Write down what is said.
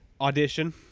Audition